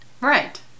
Right